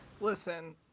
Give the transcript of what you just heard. Listen